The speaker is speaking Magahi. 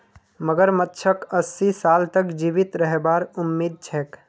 मगरमच्छक अस्सी साल तक जीवित रहबार उम्मीद छेक